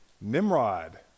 Nimrod